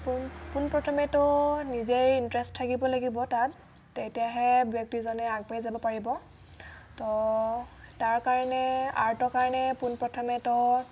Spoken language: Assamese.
পোনপ্ৰথমে তো নিজেই ইণ্টাৰেষ্ট থাকিব লাগিব তাত তেতিয়াহে ব্যক্তিজনে আগবাঢ়ি যাব পাৰিব তো তাৰ কাৰণে আৰ্টৰ কাৰণে পোনপ্ৰথমে তো